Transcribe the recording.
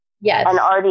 Yes